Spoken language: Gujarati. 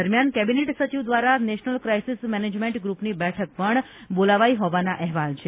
દરમ્યાન કેબિનેટ સચિવ દ્વારા નેશનલ કાઇસિસ મેનેજમેન્ટ ગ્રૂપની બેઠક પણ બોલાવાઇ હોવાના અહેવાલ છે